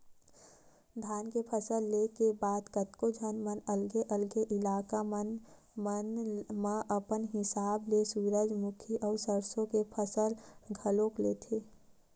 धान के फसल ले के बाद कतको झन मन अलगे अलगे इलाका मन म अपन हिसाब ले सूरजमुखी अउ सरसो के फसल घलोक लेथे